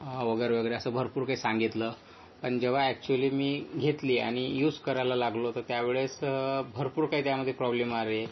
वगैरे वगैरे असं भरपूर काही सांगितलं पण जेव्हा ॲक्च्युअली मी घेतली आणि यूज करायला लागलो तर त्यावेळेस भरपूर काही त्यामध्ये प्रॉब्लेम आले